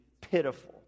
pitiful